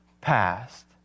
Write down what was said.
past